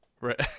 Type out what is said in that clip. right